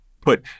Put